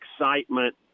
excitement